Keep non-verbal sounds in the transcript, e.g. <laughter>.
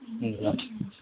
<unintelligible>